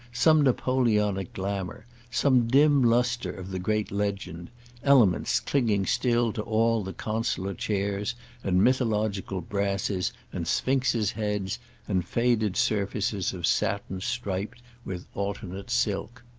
some napoleonic glamour, some dim lustre of the great legend elements clinging still to all the consular chairs and mythological brasses and sphinxes' heads and faded surfaces of satin striped with alternate silk.